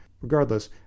Regardless